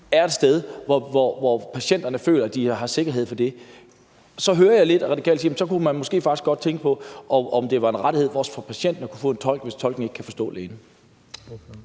er et sted, hvor patienterne føler, at de har sikkerhed for det, så hører jeg lidt, at Radikale siger, at så kunne man måske faktisk godt tænke på, om det også var en rettighed for patienten at kunne få en tolk, hvis patienten ikke kan forstå lægen.